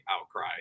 outcry